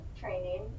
training